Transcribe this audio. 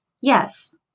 Yes